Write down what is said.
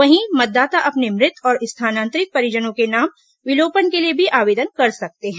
वहीं मतदाता अपने मृत और स्थानांतरित परिजनों के नाम विलोपन के लिए भी आवेदन कर सकते हैं